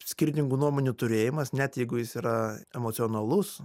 skirtingų nuomonių turėjimas net jeigu jis yra emocionalus